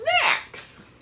snacks